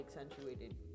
accentuated